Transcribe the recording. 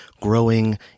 growing